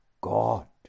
God